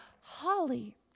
Holly